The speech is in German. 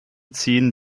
ziehen